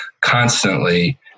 constantly